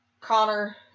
Connor